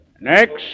Next